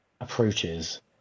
approaches